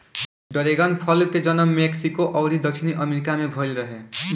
dragon फल के जनम मेक्सिको अउरी दक्षिणी अमेरिका में भईल रहे